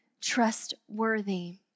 trustworthy